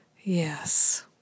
Yes